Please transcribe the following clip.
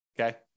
Okay